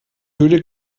höhle